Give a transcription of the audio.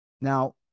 Now